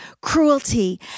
cruelty